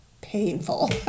painful